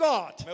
God